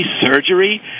surgery